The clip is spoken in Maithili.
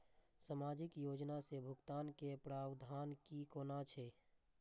सामाजिक योजना से भुगतान के प्रावधान की कोना छै?